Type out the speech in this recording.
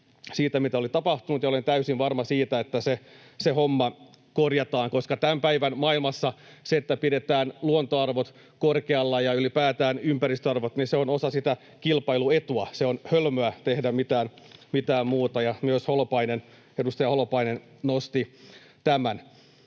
siitä, mitä oli tapahtunut. Olen täysin varma siitä, että se homma korjataan, koska tämän päivän maailmassa se, että pidetään luontoarvot korkealla ja ylipäätään ympäristöarvot, on osa sitä kilpailuetua. On hölmöä tehdä mitään muuta. — Myös edustaja Holopainen nosti tämän.